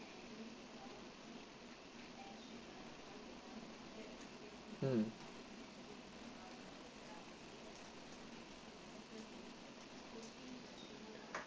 mm